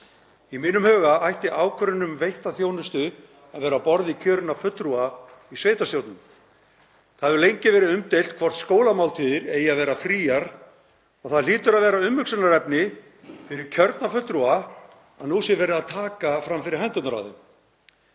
Í mínum huga ætti ákvörðun um veitta þjónustu að vera á borði kjörinna fulltrúa í sveitarstjórnum. Það hefur lengi verið umdeilt hvort skólamáltíðir eigi að vera fríar og það hlýtur að vera umhugsunarefni fyrir kjörna fulltrúa að nú sé verið að taka fram fyrir hendurnar